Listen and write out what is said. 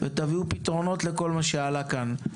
ותביאו פתרונות לכל מה שעלה כאן.